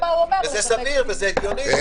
זה סביר וזה הגיוני.